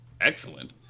excellent